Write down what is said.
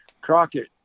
Crockett